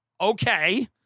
okay